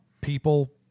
people